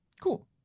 Cool